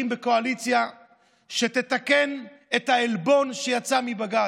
בקואליציה שתתקן את העלבון שיצא מבג"ץ,